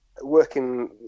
working